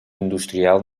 industrial